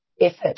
effort